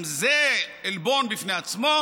גם זה עלבון בפני עצמו,